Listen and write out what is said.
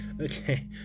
Okay